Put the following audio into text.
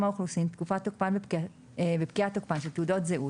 האוכלוסין (תוקפן ופקיעת תוקפן של תעודות זהות)